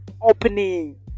opening